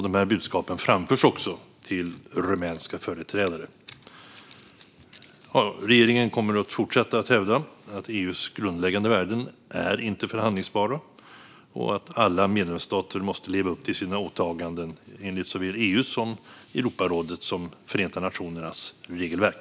Dessa budskap framförs också till rumänska företrädare. Regeringen kommer att fortsätta att hävda att EU:s grundläggande värden inte är förhandlingsbara och att alla medlemsstater måste leva upp till sina åtaganden enligt såväl EU:s som Europarådets och Förenta nationernas regelverk.